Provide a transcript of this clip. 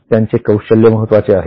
त्यांचे कौशल्य महत्त्वाचे आहे